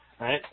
right